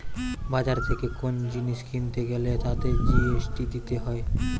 বাজার থেকে কোন জিনিস কিনতে গ্যালে তাতে জি.এস.টি দিতে হয়